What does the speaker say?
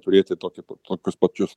turėti tokį tokius pačius